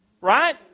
Right